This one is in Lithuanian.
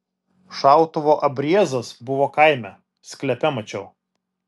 šautuvo abriezas buvo kaime sklepe mačiau